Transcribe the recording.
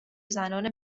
زنان